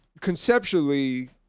conceptually